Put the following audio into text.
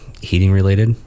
heating-related